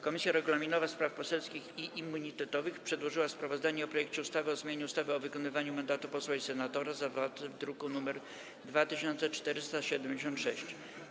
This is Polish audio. Komisja Regulaminowa, Spraw Poselskich i Immunitetowych przedłożyła sprawozdanie o projekcie ustawy o zmianie ustawy o wykonywaniu mandatu posła i senatora, zawarte w druku nr 2476.